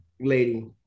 lady